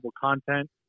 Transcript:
content